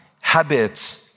habits